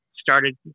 started